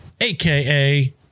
aka